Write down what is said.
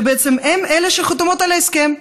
שהן שחתומות על ההסכם.